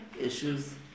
issues